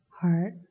heart